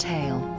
Tale